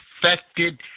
affected